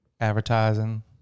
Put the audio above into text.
advertising